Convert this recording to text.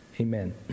amen